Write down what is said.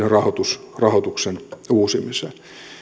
myös sitten yleisradion rahoituksen uusimiseen